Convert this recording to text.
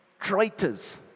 Traitors